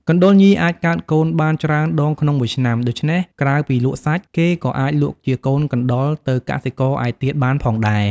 កណ្តុរញីអាចកើតកូនបានច្រើនដងក្នុងមួយឆ្នាំ ដូច្នេះក្រៅពីលក់សាច់ គេក៏អាចលក់ជាកូនកណ្តុរទៅកសិករឯទៀតបានផងដែរ។